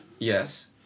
yes